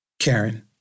Karen